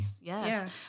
Yes